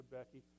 Becky